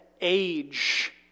age